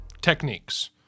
techniques